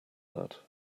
that